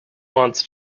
wants